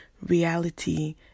reality